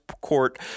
court